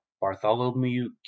Bartholomew